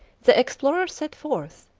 the explorer set forth,